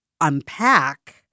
unpack—